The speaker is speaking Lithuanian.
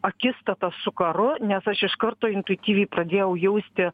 akistata su karu nes aš iš karto intuityviai pradėjau jausti